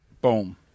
Boom